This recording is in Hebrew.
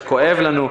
שכואב לנו,